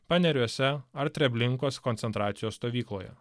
paneriuose ar treblinkos koncentracijos stovykloje